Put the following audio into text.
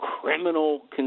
criminal